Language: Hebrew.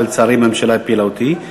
לצערי, הממשלה הפילה אותי.